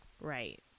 Right